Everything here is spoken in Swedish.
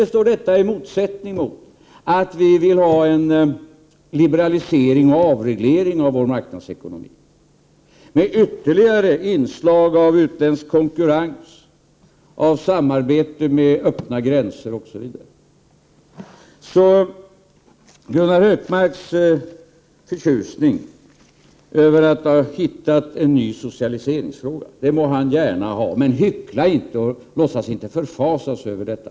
Det står inte i motsättning mot att vi vill ha en liberalisering och avreglering av vår marknadsekonomi, med ytterligare inslag av utländsk konkurrens och samarbete med öppna gränser osv. Så sin förtjusning över att ha hittat en ny socialiseringsfråga må Gunnar Hökmark ha, men hyckla inte och låtsas inte att förfasas över detta.